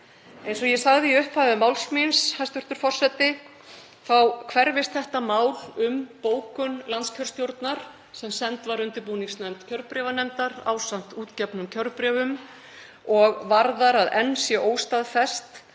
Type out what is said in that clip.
Eins og ég sagði í upphafi máls míns, hæstv. forseti, þá hverfist þetta mál um bókun landskjörstjórnar sem send var undirbúningsnefnd kjörbréfanefndar ásamt útgefnum kjörbréfum og varðar að enn sé óstaðfest